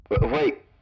Wait